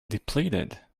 depleted